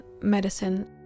medicine